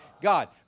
God